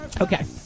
Okay